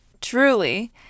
truly